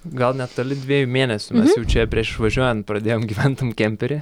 gal netoli dviejų mėnesių čia prieš išvažiuojant pradėjom gyvent tam kempery